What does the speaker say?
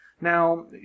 Now